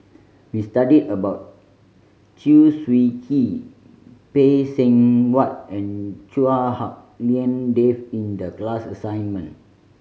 we studied about Chew Swee Kee Phay Seng Whatt and Chua Hak Lien Dave in the class assignment